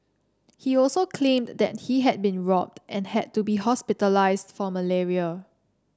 he also claimed that he had been robbed and had to be hospitalised for malaria